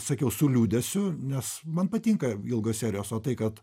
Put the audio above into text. sakiau su liūdesiu nes man patinka ilgos serijos o tai kad